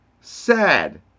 sad